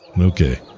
Okay